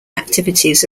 activities